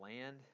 land